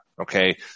Okay